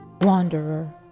wanderer